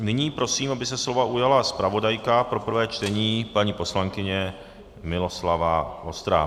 Nyní prosím, aby se slova ujala zpravodajka pro prvé čtení, paní poslankyně Miloslava Vostrá.